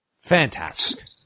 Fantastic